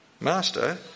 Master